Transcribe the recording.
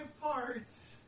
parts